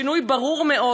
שינוי ברור מאוד.